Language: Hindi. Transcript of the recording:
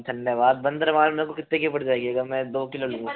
धन्यवाद बंदरमाल मेरे को कितने की पड़ जाएगी अगर मैं दो किलो लूंगा तो